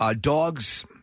Dogs